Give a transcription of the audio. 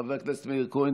חבר הכנסת מאיר כהן,